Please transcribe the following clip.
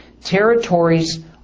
territories